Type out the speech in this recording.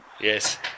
Yes